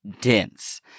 dense